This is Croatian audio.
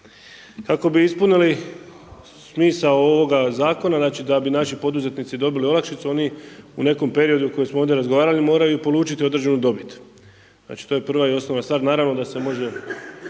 Kako bi ispunili smisao ovoga zakona, znači, da bi naši poduzetnici dobili olakšicu, oni u nekom periodu o kojem smo ovdje razgovarali, moraju polučiti određenu dobit. Znači to je prva i osnovna stvar, naravno da se može,